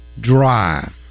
drive